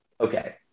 okay